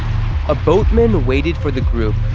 a boatman waited for the group.